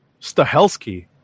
Stahelski